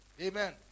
amen